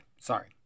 sorry